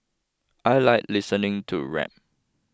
I like listening to rap